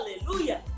Hallelujah